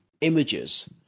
images